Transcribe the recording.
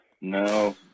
no